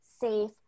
safe